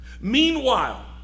Meanwhile